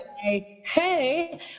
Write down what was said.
hey